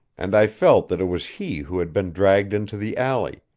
and i felt that it was he who had been dragged into the alley,